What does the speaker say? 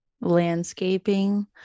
landscaping